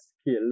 skill